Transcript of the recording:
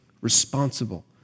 responsible